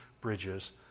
bridges